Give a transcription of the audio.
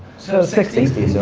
so, sixty? so